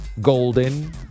golden